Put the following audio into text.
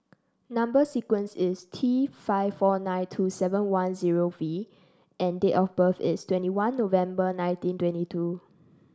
number sequence is T five four nine two seven one zero V and date of birth is twenty one November nineteen twenty two